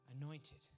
anointed